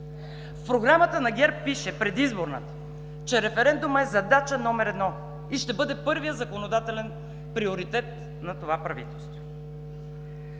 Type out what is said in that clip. програма на ГЕРБ пише, че референдумът е задача номер едно и ще бъде първият законодателен приоритет на това правителство.